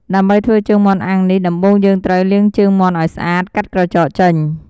ដើម្បីធ្វើជើងមាន់អាំងនេះ ដំបូងយើងត្រូវ លាងជើងមាន់ឱ្យស្អាត កាត់ក្រចកចេញ។